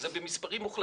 זה במספרים מוחלטים.